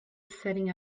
setting